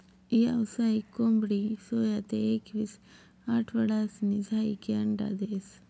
यावसायिक कोंबडी सोया ते एकवीस आठवडासनी झायीकी अंडा देस